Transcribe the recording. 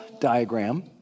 diagram